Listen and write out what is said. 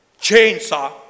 chainsaw